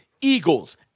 Eagles